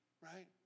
Right